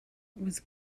was